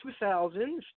2000s